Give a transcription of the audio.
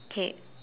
okay